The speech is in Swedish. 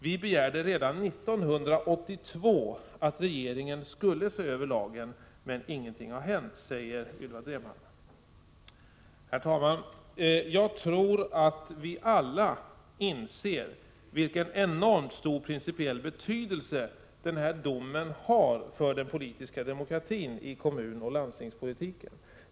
Vi begärde redan 1982 att regeringen skulle se över lagen, men ingenting har hänt. Herr talman! Jag tror att vi alla inser vilken enormt stor principiell betydelse en sådan här dom har för den politiska demokratin i kommunoch landstingspolitiken.